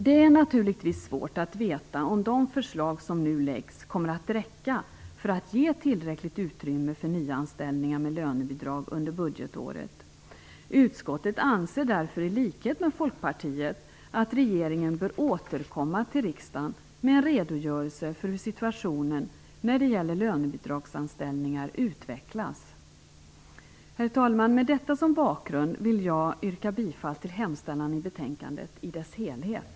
Det är naturligtvis svårt att veta om de förslag som nu läggs fram kommer att räcka för att ge tillräckligt utrymme för nyanställningar med lönebidrag under budgetåret. Utskottet anser därför i likhet med Folkpartiet att regeringen bör återkomma till riksdagen med en redogörelse för hur situationen när det gäller lönebidragsanställningar utvecklas. Herr talman! Med detta som bakgrund vill jag i dess helhet yrka bifall till hemställan i betänkandet.